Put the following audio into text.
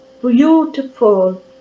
beautiful